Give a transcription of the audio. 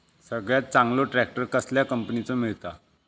सगळ्यात चांगलो ट्रॅक्टर कसल्या कंपनीचो मिळता?